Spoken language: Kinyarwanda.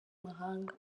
mahanga